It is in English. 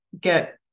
get